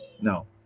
No